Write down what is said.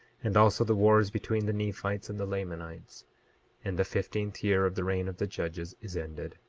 and also the wars between the nephites and the lamanites and the fifteenth year of the reign of the judges is ended.